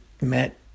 met